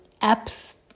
apps